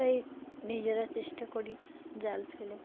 তাই নিজেরা চেষ্টা করি জাল ফেলে